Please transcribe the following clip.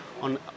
on